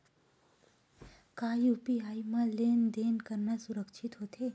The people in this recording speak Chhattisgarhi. का यू.पी.आई म लेन देन करना सुरक्षित होथे?